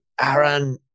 Aaron